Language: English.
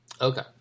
Okay